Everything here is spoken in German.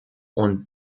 und